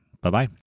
bye-bye